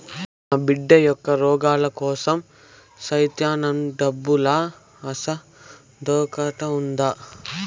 నా బిడ్డ మొక్కల రోగాల కోర్సు సేత్తానంటాండేలబ్బా అసలదొకటుండాదా